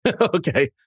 Okay